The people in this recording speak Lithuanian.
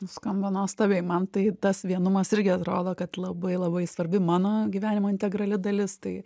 skamba nuostabiai man tai tas vienumas irgi atrodo kad labai labai svarbi mano gyvenimo integrali dalis tai